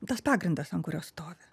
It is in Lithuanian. tas pagrindas ant kurio stovi